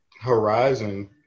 Horizon